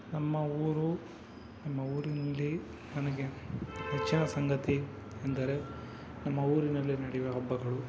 ನಮ್ಮ ಊರು ನಮ್ಮ ಊರಿನಲ್ಲಿ ನನಗೆ ನೆಚ್ಚಿನ ಸಂಗತಿ ಎಂದರೆ ನಮ್ಮ ಊರಿನಲ್ಲಿ ನಡೆಯುವ ಹಬ್ಬಗಳು